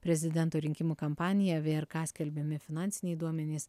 prezidento rinkimų kampanija vrk skelbiami finansiniai duomenys